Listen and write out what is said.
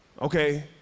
Okay